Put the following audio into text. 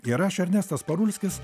ir aš ernestas parulskis